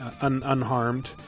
Unharmed